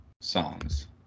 songs